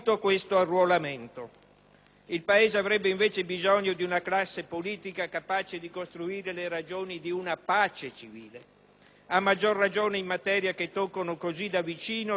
II Paese avrebbe invece bisogno di una classe politica capace di costruire le ragioni di una pace civile, a maggior ragione in materie che toccano così da vicino le coscienze individuali.